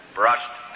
brushed